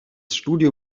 studio